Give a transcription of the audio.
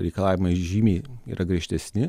reikalavimai žymiai yra griežtesni